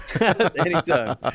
Anytime